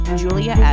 julia